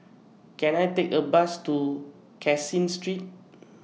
Can I Take A Bus to Caseen Street